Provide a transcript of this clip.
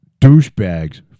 Douchebags